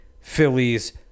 Phillies